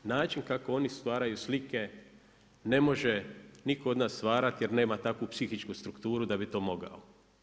Način kako oni stvaraju slike ne može nitko od nas stvarati jer nema takvu psihičku strukturu da bi to mogao.